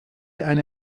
eine